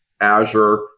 Azure